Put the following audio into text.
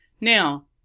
Now